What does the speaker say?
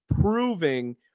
proving